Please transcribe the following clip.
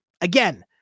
again